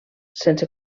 sense